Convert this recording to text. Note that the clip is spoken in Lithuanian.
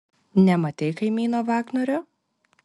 nematei kaimyno vagnorio